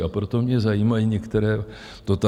A proto mě zajímají některé dotazy.